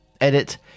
edit